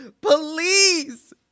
please